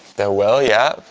their will, yeah.